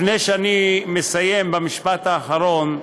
לפני שאני מסיים במשפט האחרון,